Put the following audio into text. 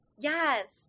Yes